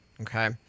Okay